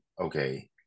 okay